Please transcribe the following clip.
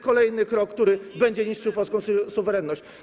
Kolejny krok, który będzie niszczył polską suwerenność.